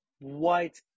White